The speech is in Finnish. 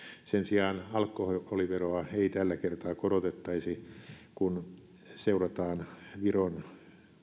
sen sijaan alkoholiveroa ei tällä kertaa korotettaisi kun seurataan viron